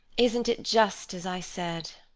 isn't it just as i said?